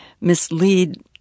mislead